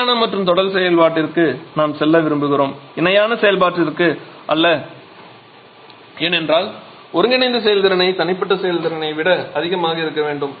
இணையான மற்றும் தொடர் செயல்பாட்டிற்கு நாம் செல்ல விரும்புகிறோம் இணையான செயல்பாட்டிற்கு அல்ல ஏனென்றால் ஒருங்கிணைந்த செயல்திறனை தனிப்பட்ட செயல்திறனை விட அதிகமாக இருக்க வேண்டும்